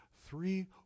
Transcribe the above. three